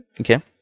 okay